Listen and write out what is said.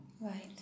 Right